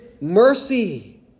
mercy